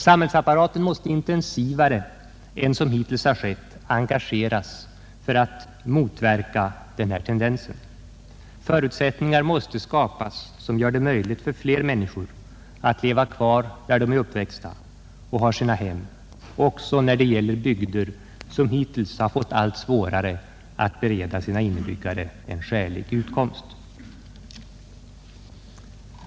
Samhällsapparaten måste intensivare än som hittills skett engageras för att motverka denna tendens. Förutsättningar måste skapas, som gör det möjligt för fler människor att leva kvar, där de är uppväxta och har sina hem, också när det gäller bygder som hittills fått allt större svårigheter att bereda sina invånare en skälig utkomst.